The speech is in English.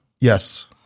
Yes